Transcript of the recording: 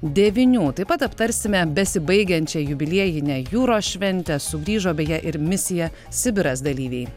devinių taip pat aptarsime besibaigiančią jubiliejinę jūros šventę sugrįžo beje ir misija sibiras dalyviai